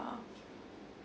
um